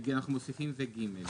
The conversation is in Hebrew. אנחנו מוסיפים ו-(ג).